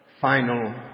final